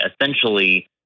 essentially –